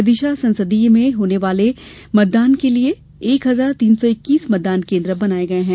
विदिशा संसदीय में होने वाले मतदान के लिये एक हजार तीन सौ इक्कीस मतदान केन्द्र बनाये गये है